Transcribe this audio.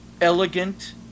Elegant